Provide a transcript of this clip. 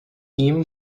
ihm